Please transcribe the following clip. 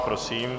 Prosím.